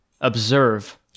observe